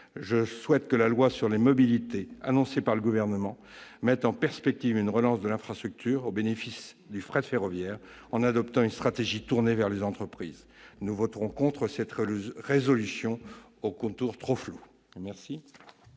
Je souhaite que la loi sur les mobilités annoncée par le Gouvernement permette d'engager une relance de l'infrastructure au bénéfice du fret ferroviaire, par l'adoption d'une stratégie tournée vers les entreprises. Nous voterons contre cette proposition de résolution aux contours trop flous. La